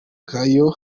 nkayo